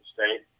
State